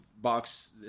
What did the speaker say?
box